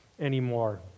anymore